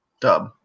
Dub